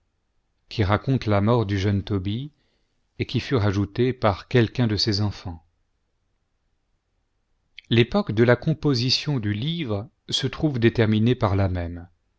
qui racontent la mort du jeune tobie et qui furent ajoutés par quelqu'un de ses enfants l'époque de la composition du livre se trouve déterminée par là même